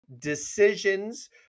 decisions